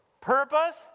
purpose